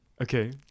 Okay